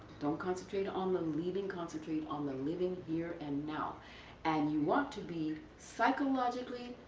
don't concentrate on the leaving, concentrate on the living here and now and you want to be psychologically,